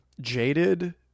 jaded